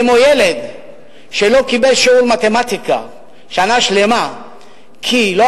גם ילד שלא קיבל שיעור מתמטיקה שנה שלמה כי לא